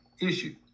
issue